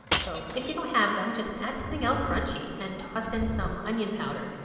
so if you don't have them, just add something else crunchy. and toss in some onion powder.